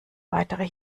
weitere